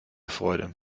freude